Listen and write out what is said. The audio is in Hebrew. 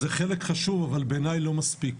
זה חלק חשוב אבל בעיני לא מספיק.